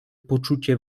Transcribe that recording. poczucie